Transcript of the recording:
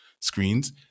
screens